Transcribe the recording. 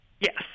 Yes